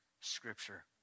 scripture